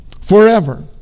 forever